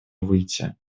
выйти